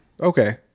okay